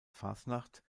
fasnacht